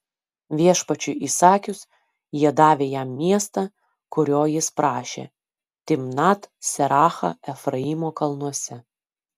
viešpačiui įsakius jie davė jam miestą kurio jis prašė timnat serachą efraimo kalnuose